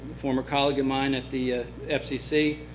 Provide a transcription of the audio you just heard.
former colleague of mine at the fcc.